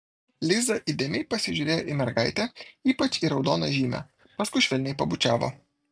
liza įdėmiai pasižiūrėjo į mergaitę ypač į raudoną žymę paskui švelniai pabučiavo